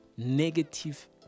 Negative